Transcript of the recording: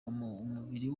umubiri